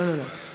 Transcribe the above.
לא, לא, לא.